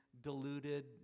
deluded